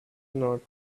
not